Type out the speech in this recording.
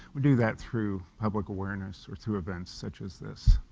we do that through public awareness or through events such as this.